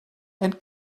and